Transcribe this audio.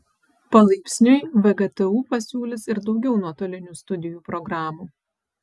palaipsniui vgtu pasiūlys ir daugiau nuotolinių studijų programų